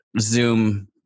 Zoom